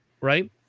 right